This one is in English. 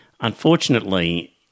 Unfortunately